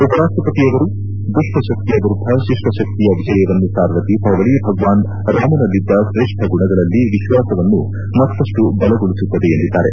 ಉಪರಾಷ್ಷಪತಿಯವರು ದುಷ್ಟಶಕ್ತಿಯ ವಿರುದ್ದ ಶಿಷ್ಟಶಕ್ತಿಯ ವಿಜಯವನ್ನು ಸಾರುವ ದೀಪಾವಳಿ ಭಗವಾನ್ ರಾಮನಲ್ಲಿದ್ದ ತ್ರೇಷ್ಠ ಗುಣಗಳಲ್ಲಿ ವಿಶ್ವಾಸವನ್ನು ಮತ್ತಷ್ಟು ಬಲಗೊಳಿಸುತ್ತದೆ ಎಂದಿದ್ದಾರೆ